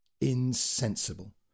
insensible